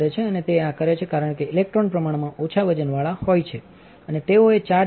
અને તે આ કરે છે કારણ કે ઇલેક્ટ્રોન પ્રમાણમાં ઓછા વજનવાળા હોય છે અને તેઓએ ચાર્જ લીધો છે